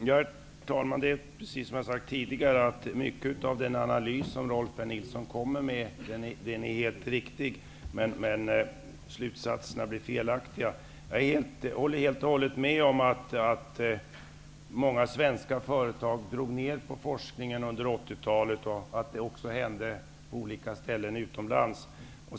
Herr talman! Som jag har sagt tidigare är mycket av den analys som Rolf L Nilson kommer med helt riktig, men slutsatserna blir felaktiga. Jag håller helt och hållet med om att många svenska företag drog ned på forskningen under 1980-talet, och det hände också på olika ställen utomlands.